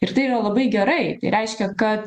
ir tai yra labai gerai tai reiškia kad